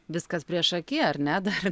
viskas priešaky ar ne dar